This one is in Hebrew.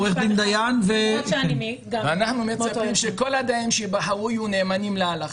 אנחנו מצפים שכל הדיינים שייבחרו יהיו נאמנים להלכה.